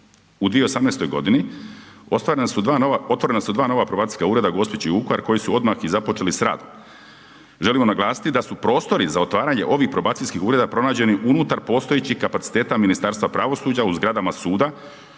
U 2018. godini otvorena su dva nova probacijska ureda Gospić i Vukovar koji su odmah i započeli s radom. Želimo naglasiti da su prostori za otvaranje ovih probacijskih ureda pronađeni unutar postojećih kapaciteta Ministarstva pravosuđa u zgradama suda